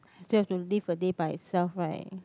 I still have to live a day by itself right